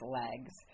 legs